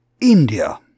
India